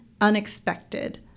unexpected